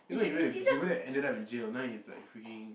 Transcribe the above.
you know he went to he went to ended up in jail now he's like freaking